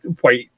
white